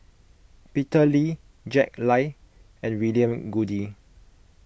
Peter Lee Jack Lai and William Goode